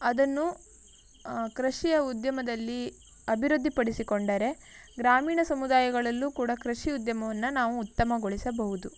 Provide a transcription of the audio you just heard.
ಅದನ್ನು ಕೃಷಿಯ ಉದ್ಯಮದಲ್ಲಿ ಅಭಿವೃದ್ಧಿ ಪಡಿಸಿಕೊಂಡರೆ ಗ್ರಾಮೀಣ ಸಮುದಾಯಗಳಲ್ಲೂ ಕೂಡ ಕೃಷಿ ಉದ್ಯಮವನ್ನು ನಾವು ಉತ್ತಮಗೊಳಿಸಬಹುದು